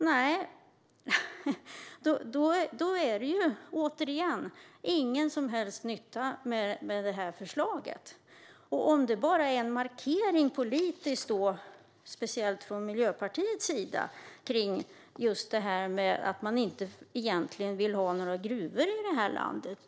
Nej, och då är det ju återigen ingen som helst nytta med förslaget. Är det bara en politisk markering, speciellt från Miljöpartiets sida, av att man egentligen inte vill ha några gruvor i det här landet?